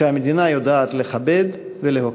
שהמדינה יודעת לכבד ולהוקיר.